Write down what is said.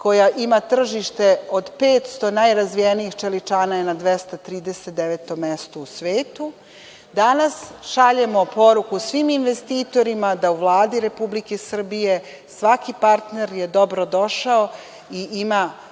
koja ima tržište od 500 najrazvijenijih čeličana je na 239 mestu u svetu, danas šaljemo poruku svim investitorima da u Vladi Republike Srbije svaki partner je dobrodošao i ima